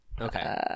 Okay